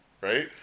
right